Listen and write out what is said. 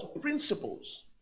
principles